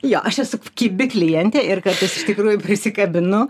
jo aš esu kibi klientė ir kartais iš tikrųjų prisikabinu